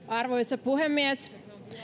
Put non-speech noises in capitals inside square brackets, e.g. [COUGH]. [UNINTELLIGIBLE] arvoisa puhemies